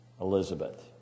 Elizabeth